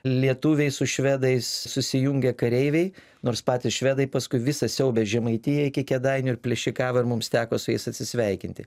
lietuviai su švedais susijungę kareiviai nors patys švedai paskui visą siaubė žemaitiją iki kėdainių ir plėšikavo ir mums teko su jais atsisveikinti